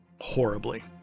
Horribly